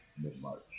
mid-March